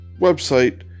website